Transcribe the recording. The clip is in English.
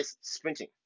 sprinting